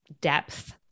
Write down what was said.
depth